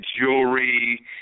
jewelry